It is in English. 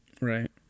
Right